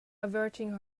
averting